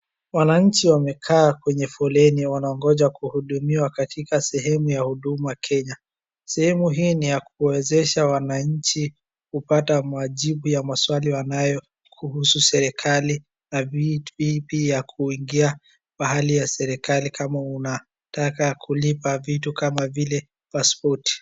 Wananchi wamekaa kwenye foleni wangoja kuhudumia katika sehemu ya huduma Kenya .Sehemu hii na yakuwezesha wananchi kupata majibu ya maswali wanayo kuhusu serikali na pia kuingia pahali ya serikali kama unataka kulipa vitu kama vile paspoti